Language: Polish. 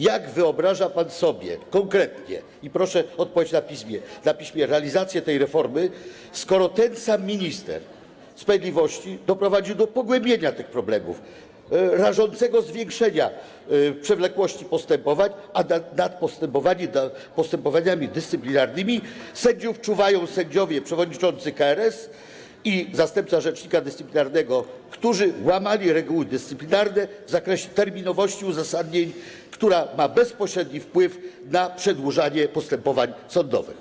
Jak wyobraża pan sobie konkretnie - i proszę o odpowiedź na piśmie - realizację tej reformy, skoro ten sam minister sprawiedliwości doprowadził do pogłębienia tych problemów, rażącego zwiększenia przewlekłości postępowań, a nad postępowaniami dyscyplinarnymi wobec sędziów czuwają sędziowie przewodniczący KRS i zastępca rzecznika dyscyplinarnego, którzy łamali reguły dyscyplinarne w zakresie terminowości uzasadnień, która ma bezpośredni wpływ na przedłużanie postępowań sądowych?